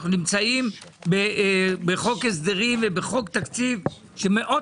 אנחנו נמצאים בחוק הסדרים ובחוק תקציב ומאוד